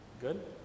good